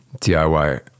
DIY